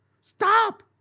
Stop